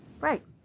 right